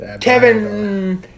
Kevin